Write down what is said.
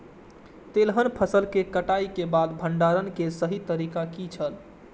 तेलहन फसल के कटाई के बाद भंडारण के सही तरीका की छल?